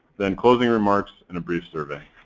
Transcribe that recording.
then closing remarks and a brief survey.